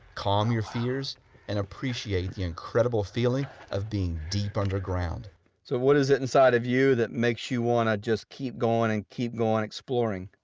calm your fears and appreciate the incredible feeling of being deep underground so what is it inside of you that makes you want to just keep going and keep going exploring?